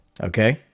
Okay